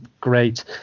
great